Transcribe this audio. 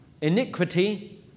iniquity